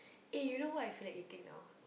eh you know what I feel like eating now